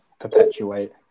perpetuate